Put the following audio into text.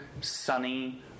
sunny